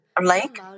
lake